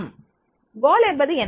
குறிக்கோள் என்பது என்ன